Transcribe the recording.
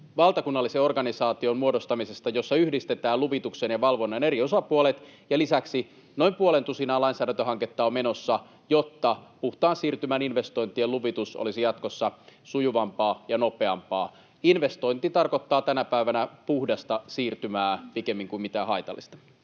valtakunnallisen organisaation muodostamisesta, jossa yhdistetään luvituksen ja valvonnan eri osapuolet, ja lisäksi noin puolentusinaa lainsäädäntöhanketta on menossa, jotta puhtaan siirtymän investointien luvitus olisi jatkossa sujuvampaa ja nopeampaa. Investointi tarkoittaa tänä päivänä puhdasta siirtymää pikemmin kuin mitään haitallista.